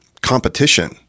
competition